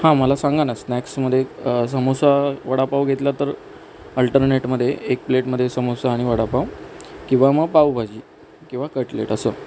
हं मला सांगा न स्नॅक्समध्ये समोसा वडापाव घेतला तर अल्टरनेटमध्ये एक प्लेटमध्ये समोसा आणि वडापाव किवा मग पावभाजी किवा कटलेट असं